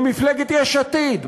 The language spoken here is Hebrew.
ממפלגת יש עתיד,